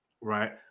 right